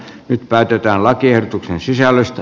nyt päätetään lakiehdotuksen sisällöstä